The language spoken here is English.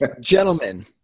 gentlemen